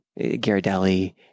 Ghirardelli